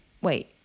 Wait